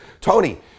Tony